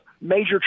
major